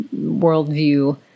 worldview